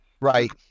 Right